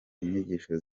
inyigisho